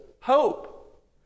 hope